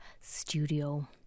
studio